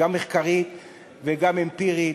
גם מחקרית וגם אמפירית,